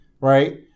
Right